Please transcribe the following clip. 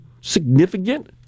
significant